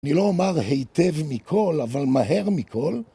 אני לא אומר היטב מכל, אבל מהר מכל.